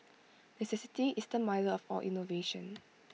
necessity is the mother of all innovation